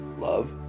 Love